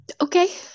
Okay